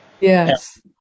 Yes